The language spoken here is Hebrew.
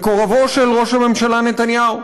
מקורבו של ראש הממשלה נתניהו,